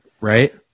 Right